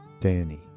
Danny